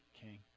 king